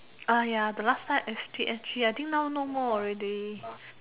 ah ya the last time active S_G I think now no more already